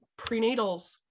prenatals